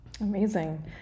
amazing